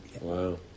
Wow